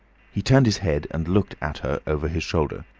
he turned his head and looked at her over his shoulder.